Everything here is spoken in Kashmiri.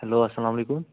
ہیلو اَلسلام علیکُم